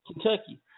Kentucky